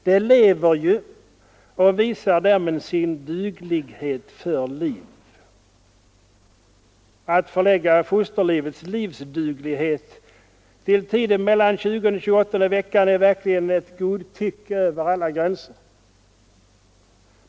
Det lever ju och visar därmed sin duglighet för liv. Att förlägga fostrets livsduglighet till tiden mellan tjugonde och tjugoåttonde veckan är verkligen ett godtycke över alla gränser.